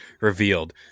revealed